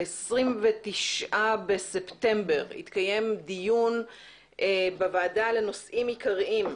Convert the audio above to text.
ב-29 בספטמבר התקיים דיון בוועדה לנושאים עיקריים,